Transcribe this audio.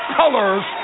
colors